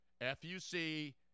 F-U-C